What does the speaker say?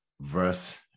verse